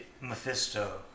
Mephisto